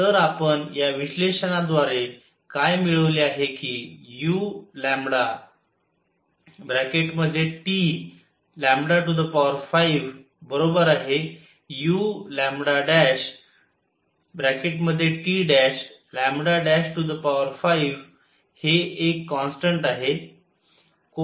तर आपण या विश्लेषणाद्वारे काय मिळवले आहे की u5uλT' 5 हे एक कॉन्स्टन्ट आहे